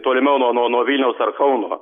tolimiau nuo nuo nuo vilniaus ar kauno